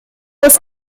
was